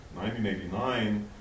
1989